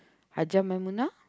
Hajjah-Maimuna